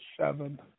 seven